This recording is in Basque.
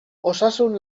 osasun